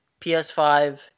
PS5